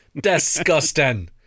Disgusting